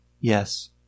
Yes